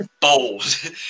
bold